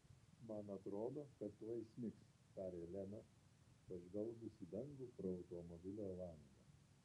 man atrodo kad tuoj snigs tarė lena pažvelgus į dangų pro automobilio langą